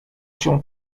się